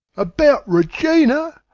about regina!